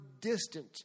distant